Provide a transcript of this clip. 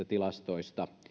tilastoista